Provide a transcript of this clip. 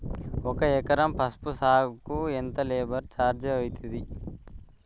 ఒక ఎకరం పసుపు సాగుకు ఎంత లేబర్ ఛార్జ్ అయితది?